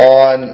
on